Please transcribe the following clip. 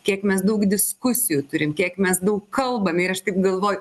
kiek mes daug diskusijų turim kiek mes daug kalbame ir aš taip galvoju